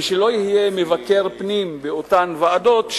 ושלא יהיה מבקר פנים באותן ועדות,